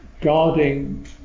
guarding